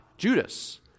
Judas